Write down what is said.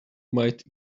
might